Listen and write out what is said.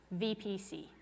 VPC